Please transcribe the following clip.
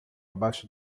abaixo